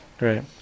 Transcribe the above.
Right